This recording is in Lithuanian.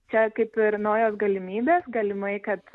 čia kaip ir naujos galimybės galimai kad